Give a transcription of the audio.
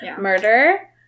murder